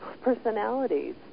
personalities